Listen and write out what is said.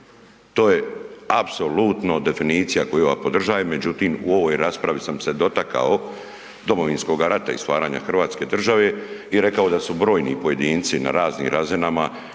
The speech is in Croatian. To je apsolutno definicija koju ja podržajem, međutim u ovoj raspravi sam se dotakao Domovinskog rata i stvaranja Hrvatske države i rekao da su brojni pojedinci na raznim razinama